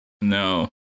No